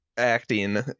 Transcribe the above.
acting